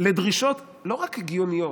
לדרישות לא רק הגיוניות,